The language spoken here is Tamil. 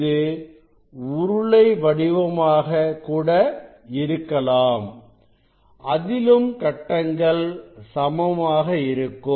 இது உருளை வடிவமாகக் கூட இருக்கலாம் அதிலும் கட்டங்கள் சமமாக இருக்கும்